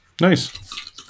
Nice